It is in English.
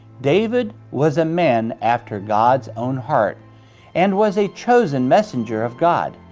david was a man after god's own heart and was a chosen messenger of god.